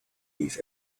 eve